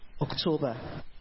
October